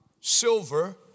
silver